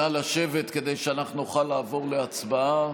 נא לשבת כדי שאנחנו נוכל לעבור להצבעה.